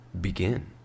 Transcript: Begin